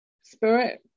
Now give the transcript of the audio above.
spirit